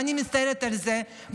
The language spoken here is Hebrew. ואני מצטערת על זה.